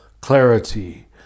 clarity